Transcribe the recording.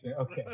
Okay